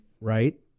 right